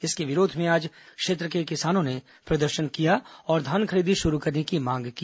इसके विरोध में आज क्षेत्र के किसानों ने प्रदर्शन किया और धान खरीदी शुरू करने की मांग की